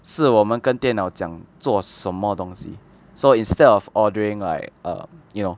是我们跟电脑讲做什么东西 so instead of ordering like um you know